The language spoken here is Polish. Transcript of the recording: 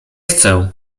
chcę